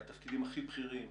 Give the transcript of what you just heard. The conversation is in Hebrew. התפקידים הכי בכירים,